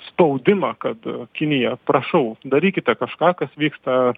spaudimą kad kinija prašau darykite kažką kas vyksta